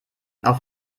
auf